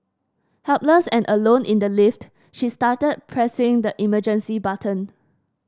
helpless and alone in the lift she started pressing the emergency button